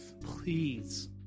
Please